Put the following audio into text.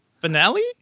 finale